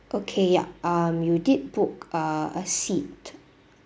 okay yup um you did book uh a seat